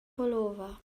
pullover